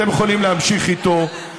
אתם יכולים להמשיך איתם.